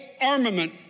armament